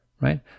right